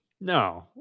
No